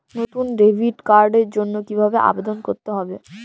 নতুন ডেবিট কার্ডের জন্য কীভাবে আবেদন করতে হবে?